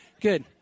good